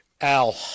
Al